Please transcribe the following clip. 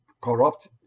corrupt